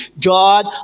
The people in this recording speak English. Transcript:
God